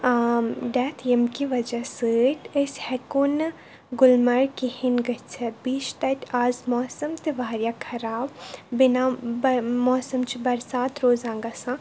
ٲں ڈیٚتھ ییٚمہِ کہِ وجہ سۭتۍ أسۍ ہیٚکو نہٕ گُلمَرگ کہیٖنۍ گٔژھِتھ بیٚیہِ چھُ تَتہِ آز موسَم تہِ واریاہ خراب بِنام موسَم چھُ بَرسات روزان گژھان